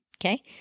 okay